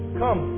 come